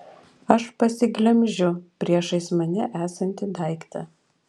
aš pasiglemžiu priešais mane esantį daiktą